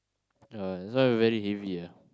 ya that's why we very heavy ah